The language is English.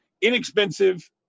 inexpensive